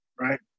Right